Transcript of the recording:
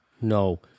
No